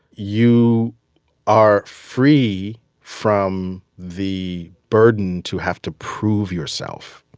you are free from the burden to have to prove yourself.